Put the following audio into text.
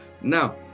Now